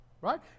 Right